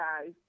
guys